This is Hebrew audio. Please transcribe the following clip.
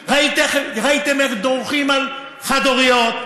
איפה הם היו בקדנציה שלך?